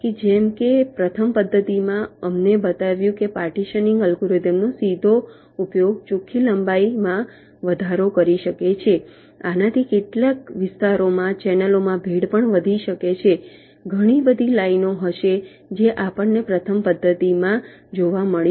જેમ કે પ્રથમ પદ્ધતિમાં અમને બતાવ્યું કે પાર્ટીશનીંગ અલ્ગોરિધમનો સીધો ઉપયોગ ચોખ્ખી લંબાઈમાં વધારો કરી શકે છે આનાથી કેટલાક વિસ્તારોમાં ચેનલોમાં ભીડ પણ વધી શકે છે ઘણી બધી લાઈનો હશે જે આપણ ને પ્રથમ પદ્ધતિમાં જોવા મળી હતી